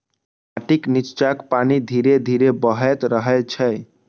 माटिक निच्चाक पानि धीरे धीरे बहैत रहै छै